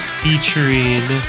featuring